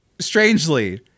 Strangely